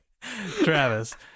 Travis